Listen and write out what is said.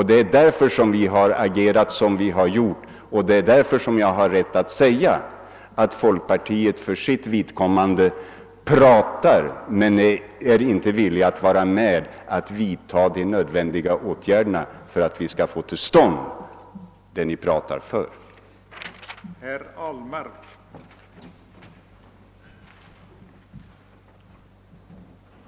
Det är därför vi har agerat som vi har gjort, och det är därför jag har rätt att säga att folkpartiet visserligen pratar men inte är villigt att vara med om att vidta de nödvändiga åtgärderna för att vi skall få till stånd det som folkpartiet pratar om.